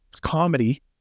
comedy